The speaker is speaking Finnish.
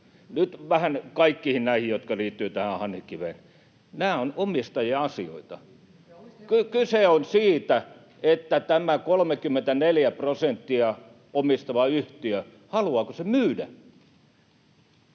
Nyt vähän kaikkiin näihin, jotka liittyvät tähän Hanhikiveen: nämä ovat omistajien asioita. Kyse on siitä, haluaako tämä 34 prosenttia omistava yhtiö myydä.